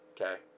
okay